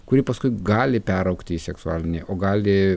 kuri paskui gali peraugti į seksualinį o gali